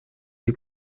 die